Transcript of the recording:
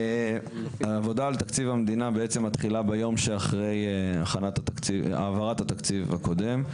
העבודה על תקציב המדינה מתחילה ביום שאחרי העברת התקציב הקודם.